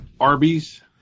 Arby's